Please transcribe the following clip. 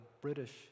British